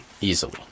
Easily